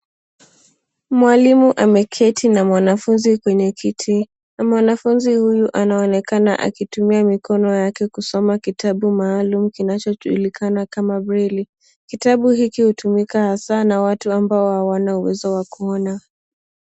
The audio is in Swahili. Mwalimu ameketi na mwanafunzi kwenye kiti, mwanafunzi huyu anaonekana akitumia mikono yake kusoma kitabu maalum kinachojulikana kama braille kitabu hiki hutumika hasa na watu ambao hawana uwezo wa kuona.